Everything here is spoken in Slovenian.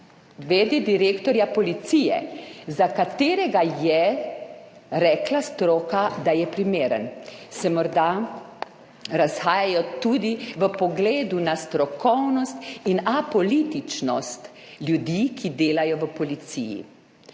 d. direktorja policije, za katerega je rekla stroka, da je primeren? Se morda razhajata tudi v pogledu na strokovnost in apolitičnost ljudi, ki delajo v policiji?